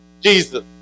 Jesus